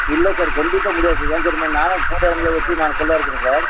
இல்லை சார் கண்டிப்பாக முடியாது சார் ஏன் தெரியுமா நானே கூலி ஆளுங்களை வச்சி நான் கல்லை இறக்குறேன் சார்